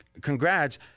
congrats